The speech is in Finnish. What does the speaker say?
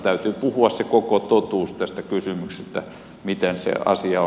täytyy puhua se koko totuus tästä kysymyksestä miten se asia on